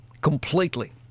completely